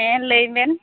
ᱦᱮᱸ ᱞᱟ ᱭ ᱵᱮᱱ